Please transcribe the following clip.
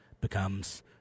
becomes –